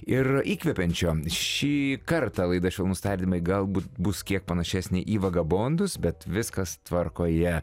ir įkvepiančio šį kartą laida švelnūs tardymai galbūt bus kiek panašesnė į vagabondus bet viskas tvarkoje